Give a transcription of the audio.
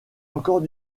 encore